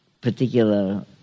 particular